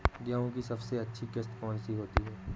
गेहूँ की सबसे अच्छी किश्त कौन सी होती है?